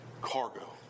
cargo